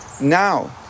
now